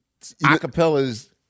acapellas